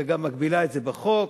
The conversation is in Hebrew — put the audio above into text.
וגם מגבילה את זה בחוק,